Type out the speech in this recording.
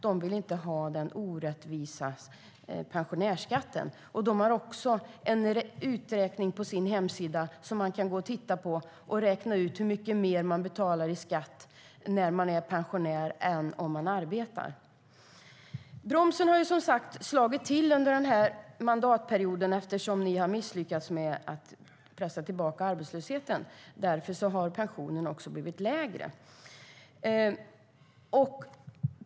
De vill inte ha den orättvisa pensionärsskatten. De har också en uträkning på sin hemsida som man kan titta på och räkna ut hur mycket mer man betalar i skatt när man är pensionär än om man arbetar. Bromsen har som sagt slagit till under den här mandatperioden eftersom ni har misslyckats med att pressa tillbaka arbetslösheten. Därför har pensionerna också blivit lägre.